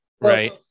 right